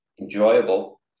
enjoyable